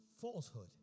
falsehood